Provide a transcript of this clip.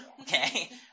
Okay